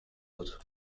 doet